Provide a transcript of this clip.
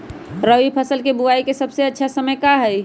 रबी फसल के बुआई के सबसे अच्छा समय का हई?